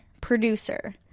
producer